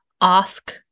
ask